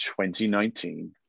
2019